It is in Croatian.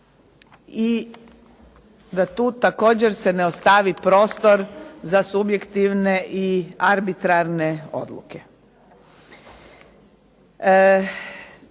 da tu također se ne ostavi prostor za subjektivne i arbitrarne odluke.